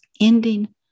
ending